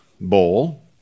bowl